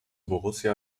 borussia